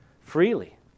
freely